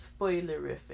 spoilerific